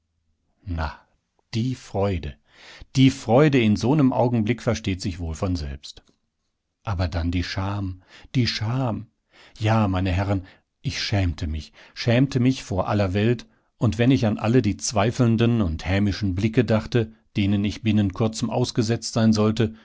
na ja die freude die freude in so nem augenblicke versteht sich wohl von selbst aber dann die scham die scham ja meine herren ich schämte mich schämte mich vor aller welt und wenn ich an alle die zweifelnden und hämischen blicke dachte denen ich binnen kurzem ausgesetzt sein sollte